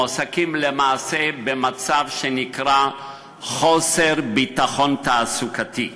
מועסקים למעשה במצב שנקרא חוסר ביטחון תעסוקתי,